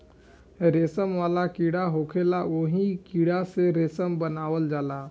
रेशम वाला कीड़ा होखेला ओही कीड़ा से रेशम बनावल जाला